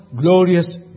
glorious